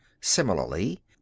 Similarly